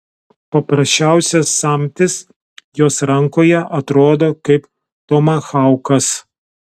paprasčiausias samtis jos rankoje atrodo kaip tomahaukas